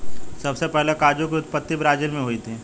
सबसे पहले काजू की उत्पत्ति ब्राज़ील मैं हुई थी